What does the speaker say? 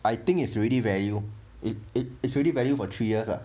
I think it's already value it it it's really value for three years lah